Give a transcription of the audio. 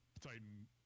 Titan